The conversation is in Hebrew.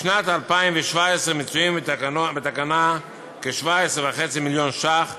בשנת 2017 מצויים בתקנה כ-17.5 מיליון ש"ח,